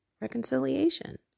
reconciliation